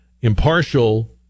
impartial